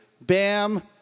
BAM